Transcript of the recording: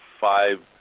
five